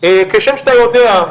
כשם שאתה יודע,